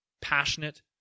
passionate